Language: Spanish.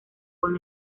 buen